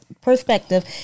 perspective